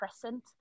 present